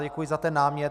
Děkuji za tento námět.